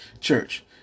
church